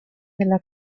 della